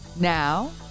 Now